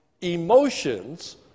emotions